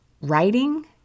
Writing